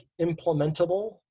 implementable